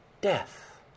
death